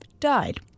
died